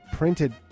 Printed